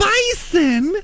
Bison